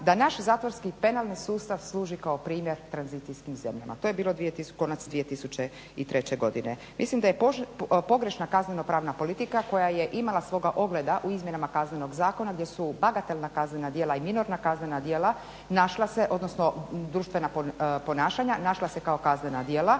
da naš zatvorski penalni sustav služi kao primjer tranzicijskim zemljama, to je bio konac 2003. godine. Mislim da je pogrešna kazneno pravna politika koja je imala svoga ogleda u izmjenama Kaznenog zakona gdje su bagatelna kaznena djela i binarna kaznena djela našla se, odnosno društvena ponašanja našla se kao kaznena djela